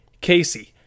Casey